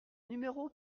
numéro